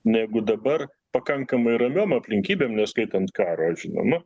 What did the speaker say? negu dabar pakankamai ramiom aplinkybėm neskaitant karo žinoma